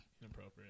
inappropriate